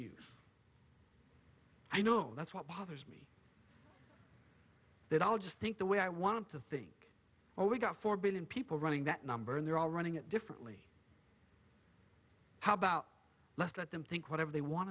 use i know that's what bothers me that i'll just think the way i want to think oh we've got four billion people running that number and they're all running it differently how about let's let them think whatever they want